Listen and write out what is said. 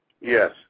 Yes